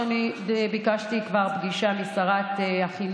אני חייבת לומר שאני ביקשתי כבר פגישה עם שרת החינוך